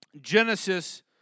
Genesis